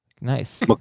Nice